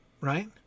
right